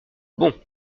bon